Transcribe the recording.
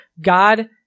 God